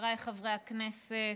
חבריי חברי הכנסת,